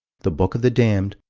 the book of the damned,